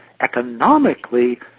Economically